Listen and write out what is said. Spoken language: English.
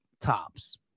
tops